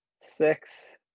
six